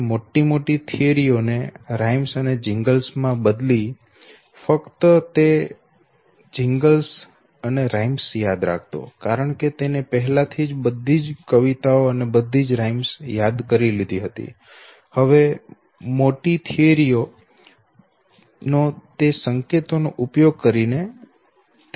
તે મોટા મોટા સિદ્ધાંતો ને કવિતાઓમાં બદલી ફક્ત આ કવિતાઓ ને યાદ કરતો કારણ કે તેને પહેલા થી બધી જ કવિતાઓ યાદ કરી લીધી હતી અને હવે મોટા સિદ્ધાંતો તે સંકેતોનો ઉપયોગ કરીને ફરીથી મેળવી શકાય છે